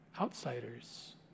outsiders